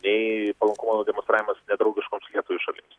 nei palankumo demonstravimas nedraugiškoms lietuvai šalims